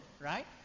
right